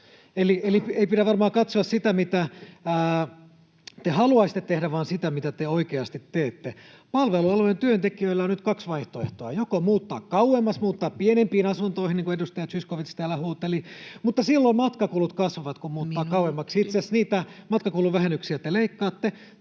Eli ei pidä varmaan katsoa sitä, mitä te haluaisitte tehdä, vaan sitä, mitä te oikeasti teette. Palvelualojen työntekijöillä on nyt kaksi vaihtoehtoa: joko muuttaa kauemmas, muuttaa pienempiin asuntoihin, niin kuin edustaja Zyskowicz täällä huuteli, mutta silloin matkakulut kasvavat, kun muuttaa [Puhemies: Minuutti!] kauemmaksi — itse asiassa niitä matkakuluvähennyksiä te leikkaatte